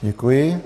Děkuji.